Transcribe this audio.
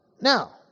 Now